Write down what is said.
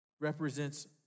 represents